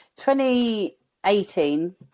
2018